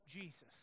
Jesus